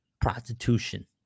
prostitution